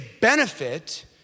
benefit